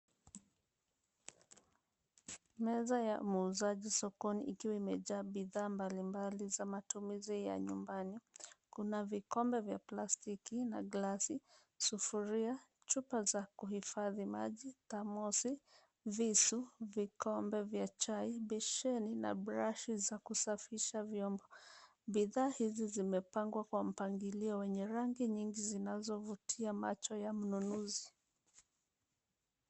Meza ya muuzaji sokoni ikiwa imejaa bidhaa mbalimbali za matumizi ya nyumbani. Kuna vikombe vya plastiki na glasi, sufuria, chupa za kuhifadhi maji, thermosi, visu, vikombe vya chai, besheni na brashi za kusafisha vyombo. Bidhaa hizi zimepangwa kwa mpangilio wenye rangi nyingi zinazovutia macho ya mnunuzi.